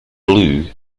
blew